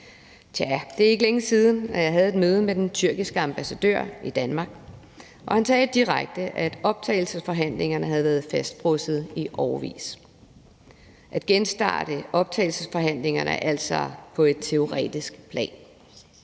Tja, det er ikke længe siden, at jeg havde et møde med den tyrkiske ambassadør i Danmark, og han sagde direkte, at optagelsesforhandlingerne havde været fastfrosset i årevis. At genstarte optagelsesforhandlingerne er altså på et teoretisk plan.